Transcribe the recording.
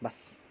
बस्